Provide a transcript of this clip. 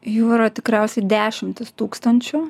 jų yra tikriausiai dešimtys tūkstančių